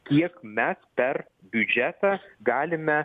kiek mes per biudžetą galime